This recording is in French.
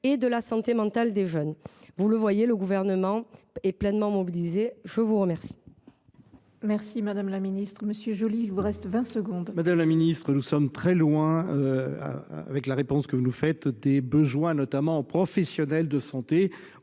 et de la santé mentale des jeunes. Vous le voyez, le Gouvernement est pleinement mobilisé. La parole